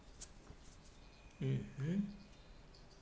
mmhmm